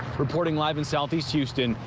reporting live in southeast houston,